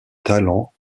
talent